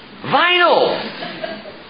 Vinyl